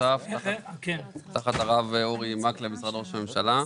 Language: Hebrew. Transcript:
תחת הרב אורי מקלב, משרד ראש הממשלה.